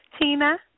Tina